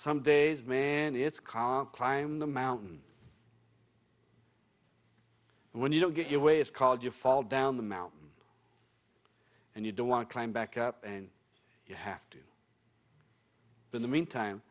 some days man it's cause climb the mountain and when you don't get your way it's called you fall down the mountain and you don't want to climb back up and you have to in the meantime